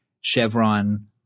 Chevron